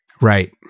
Right